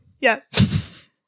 Yes